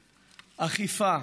אכיפה,